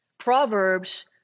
Proverbs